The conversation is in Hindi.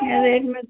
या रेट में